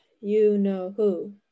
you-know-who